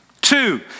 Two